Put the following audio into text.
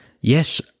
Yes